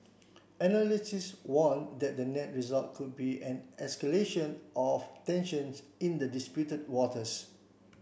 analysts warn that the net result could be an escalation of tensions in the disputed waters